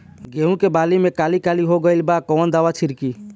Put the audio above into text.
गेहूं के बाली में काली काली हो गइल बा कवन दावा छिड़कि?